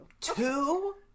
Two